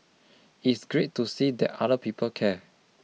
it's great to see that other people care